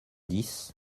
dix